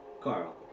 Carl